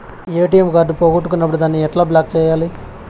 ATM card పోగొట్టుకున్నప్పుడు దాన్ని ఎట్లా బ్లాక్ సేయాలి